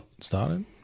started